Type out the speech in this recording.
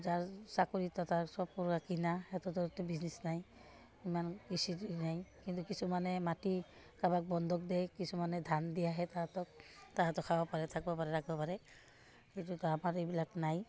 যাৰ চাকৰিত তাৰ চব কিনা সিহঁতৰটো বিজনেছ নাই ইমান কৃষি নাই কিন্তু কিছুমানে মাটি কাৰোবাক বন্ধক দিয়ে কিছুমানে ধান দিয়াহে সিহঁতক সিহঁতক খাব পাৰে থাকিব পাৰে ৰাখিব পাৰে সেইটোত আমাৰ এইবিলাক নাই